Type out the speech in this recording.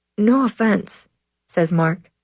no offense says mark.